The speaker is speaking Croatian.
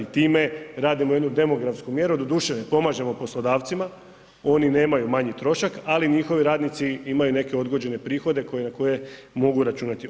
Time radimo jednu demografsku mjeru, doduše ne pomažemo poslodavcima, oni nemaju manji trošak ali njihovi radnici imaju neke odgođene prihode na koje mogu računati.